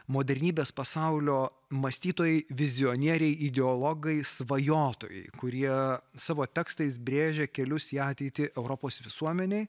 modernybės pasaulio mąstytojai vizionieriai ideologai svajotojai kurie savo tekstais brėžia kelius į ateitį europos visuomenei